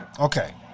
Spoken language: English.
Okay